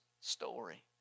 story